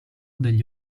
degli